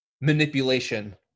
manipulation